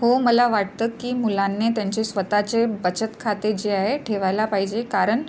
हो मला वाटतं की मुलांनी त्यांचे स्वतःचे बचत खाते जे आहे ठेवायला पाहिजे कारण